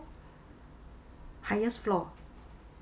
highest floor